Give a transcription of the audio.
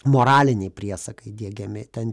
moraliniai priesakai diegiami ten